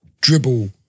Dribble